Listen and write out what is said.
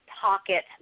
pocket